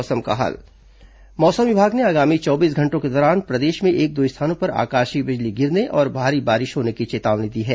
मौसम मौसम विभाग ने आगामी चौबीस घंटों के दौरान प्रदेश में एक दो स्थानों पर आकाशीय बिजली गिरने और भारी बारिश होने की चेतावनी दी है